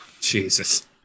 Jesus